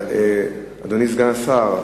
אדוני סגן השר,